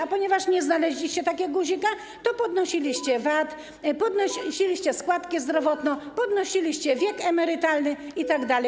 A ponieważ nie znaleźliście takiego guzika, to podnosiliście VAT, podnosiliście składkę zdrowotną, podnosiliście wiek emerytalny itd.